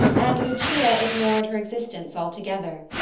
and lucia ignored her existence altogether.